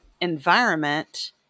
environment